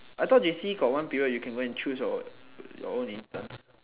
I thought they see got one period you can choose your own intern